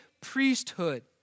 priesthood